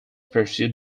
pursued